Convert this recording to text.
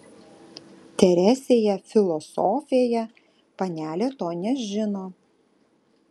teresėje filosofėje panelė to nežino